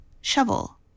shovel